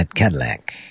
Cadillac